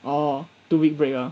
orh two week break ah